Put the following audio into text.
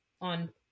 on